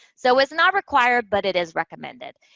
so, it's not required, but it is recommended.